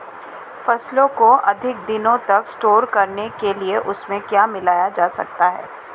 फसलों को अधिक दिनों तक स्टोर करने के लिए उनमें क्या मिलाया जा सकता है?